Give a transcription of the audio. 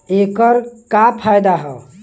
ऐकर का फायदा हव?